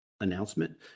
announcement